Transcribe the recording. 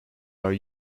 are